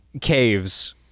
caves